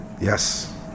Yes